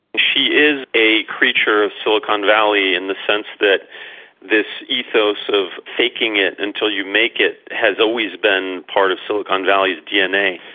she is a creature of silicon valley in the sense that this ethos of faking it until you make it has always been part of silicon valley's dna.